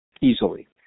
easily